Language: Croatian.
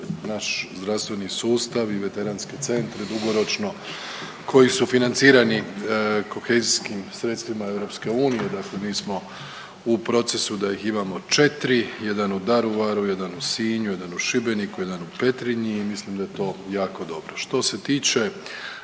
naš zdravstveni sustav i veteranske centre dugoročno koji su financirani kohezijskim sredstvima EU, dakle mi smo u procesu da ih imamo četri jedan u Daruvaru, jedan u Sinju, jedan u Šibeniku, jedan u Petrinji i mislim da je to jako dobro. Što se tiče